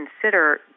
consider